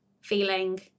feeling